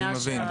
אני מבין.